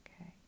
okay